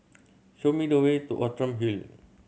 show me the way to Outram Hill